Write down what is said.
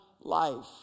life